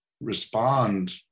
respond